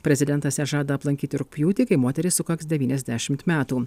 prezidentas ją žada aplankyti rugpjūtį kai moteriai sukaks devyniasdešimt metų